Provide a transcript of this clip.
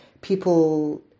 people